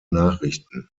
nachrichten